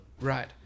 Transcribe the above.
Right